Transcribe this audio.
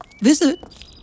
Visit